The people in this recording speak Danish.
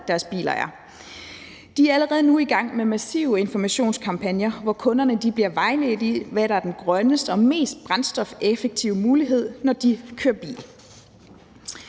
deres biler er. De er allerede nu i gang med massive informationskampagner, hvor kunderne bliver vejledt i, hvad der er den grønneste og mest brændstofeffektive mulighed, når de kører bil.